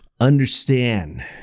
Understand